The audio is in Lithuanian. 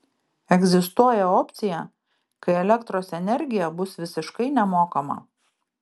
egzistuoja opcija kai elektros energija bus visiškai nemokama